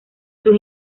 sus